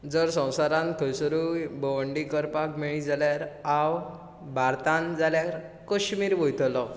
जर संवसारान खंयसरूय भोवंडी करपाक मेळ्ळी जाल्यार हांव भारतांत जाल्यार कश्मीर वयतलो